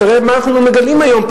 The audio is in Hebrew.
ותראה מה אנחנו מגלים היום.